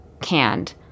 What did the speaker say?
canned